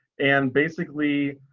and basically,